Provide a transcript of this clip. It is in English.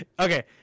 Okay